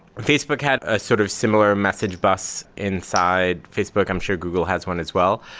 facebook had a sort of similar message bus inside facebook, i'm sure google has one as well.